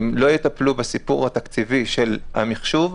אם לא יטפלו בסיפור התקציבי של המחשוב,